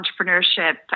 entrepreneurship